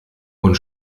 und